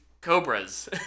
cobras